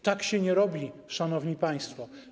Tak się nie robi, szanowni państwo.